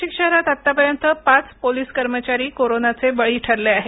नाशिक शहरात आतापर्यंत पाच पोलीस कर्मचारी कोरोनाचे बळी ठरले आहेत